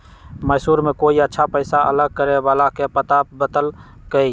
मैसूर में कोई अच्छा पैसा अलग करे वाला के पता बतल कई